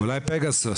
אולי עם פגסוס.